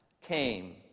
...came